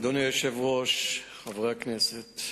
אדוני היושב-ראש, חברי הכנסת,